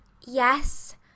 Yes